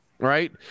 Right